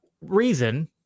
reason